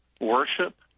worship